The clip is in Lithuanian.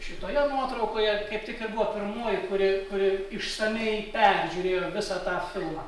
šitoje nuotraukoje kaip tik ir buvo pirmoji kuri kuri išsamiai peržiūrėjo visą tą filmą